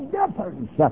difference